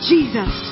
Jesus